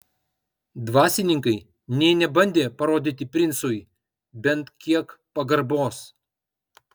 dvasininkai nė nebandė parodyti princui bent kiek pagarbos